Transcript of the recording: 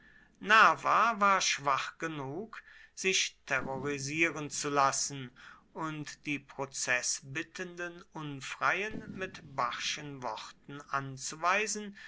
nerva war schwach genug sich terrorisieren zu lassen und die prozeßbittenden unfreien mit barschen worten anzuweisen